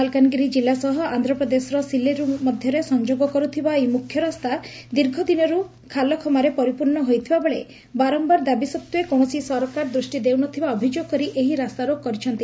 ମାଲକାନଗିରି କିଲ୍ଲା ସହ ଆନ୍ଧ ପ୍ରଦେଶର ସିଲେରୁ ମଧ୍ଘରେ ସଂଯୋଗ କରୁଥିବା ଏହି ମଖ୍ୟ ରାସ୍ତା ଦୀର୍ଘ ଦିନରୁ ଖାଲଖମାରେ ପରିପର୍ଷ୍ୟ ହୋଇଥିବା ବେଳେ ବାରମ୍ୟାର ଦାାବୀ ସତ୍ୱେ କୌଣସି ସରକାର ଦୂଷ୍କ ଦେଉନଥିବା ଅଭିଯୋଗ କରି ଏହି ରାସ୍ତାରୋକ କରିଛନ୍ତି